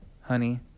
honey